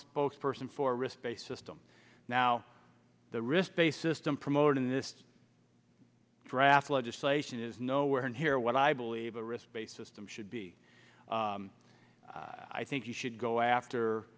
spokesperson for risk based system now the risk based system promoted in this draft legislation is nowhere near what i believe a risk based system should be i think you should go after